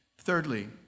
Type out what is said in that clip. Thirdly